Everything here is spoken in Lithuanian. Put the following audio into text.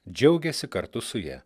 džiaugėsi kartu su ja